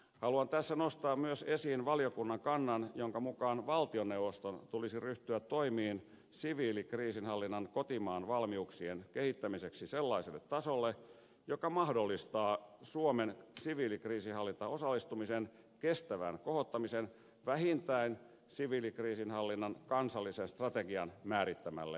haluan tässä nostaa myös esiin valiokunnan kannan jonka mukaan valtioneuvoston tulisi ryhtyä toimiin siviilikriisinhallinnan kotimaan valmiuksien kehittämiseksi sellaiselle tasolle joka mahdollistaa suomen siviilikriisinhallintaosallistumisen kestävän kohottamisen vähintään siviilikriisinhallinnan kansallisen strategian määrittämälle vähimmäistasolle